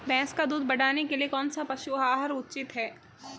भैंस का दूध बढ़ाने के लिए कौनसा पशु आहार उचित है?